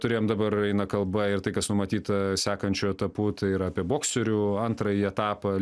turėjom dabar eina kalba ir tai kas numatyta sekančiu etapu tai yra apie bokserių antrąjį etapą